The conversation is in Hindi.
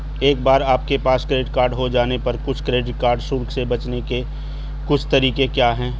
एक बार आपके पास क्रेडिट कार्ड हो जाने पर कुछ क्रेडिट कार्ड शुल्क से बचने के कुछ तरीके क्या हैं?